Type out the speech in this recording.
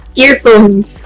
earphones